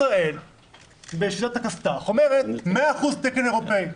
ישראל בשיטת הכסת"ח אומרת 100% תקן אירופאי,